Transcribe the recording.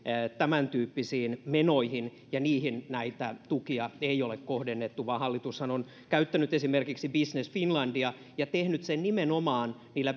tämäntyyppisiin menoihin ja niihin näitä tukia ei ole kohdennettu vaan hallitushan on käyttänyt esimerkiksi business finlandia ja tehnyt sen nimenomaan niillä